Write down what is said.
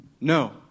No